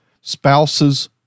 spouse's